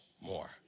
more